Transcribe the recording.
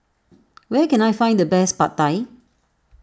where can I find the best Pad Thai